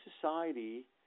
society